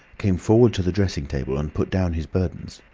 came forward to the dressing-table, and put down his burdens.